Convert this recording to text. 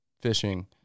fishing